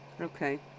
Okay